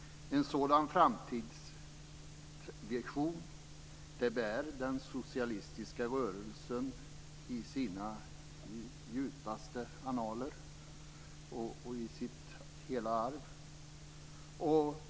En sådan framtidsvision bär den socialistiska rörelsen i sina djupaste annaler och i hela sitt arv.